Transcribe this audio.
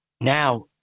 Now